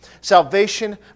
Salvation